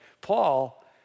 Paul